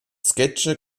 sketche